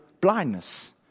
blindness